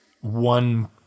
one